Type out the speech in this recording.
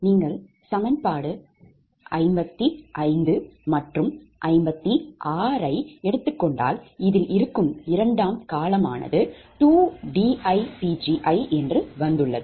நீங்கள் சமன்பாடு 55 மற்றும் 56 ஐ எடுத்துக் கொண்டால் இதில் இருக்கும் 2ம் காலம் ஆனது 2diPgi என்று வந்துள்ளது